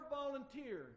volunteer